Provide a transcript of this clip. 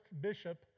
bishop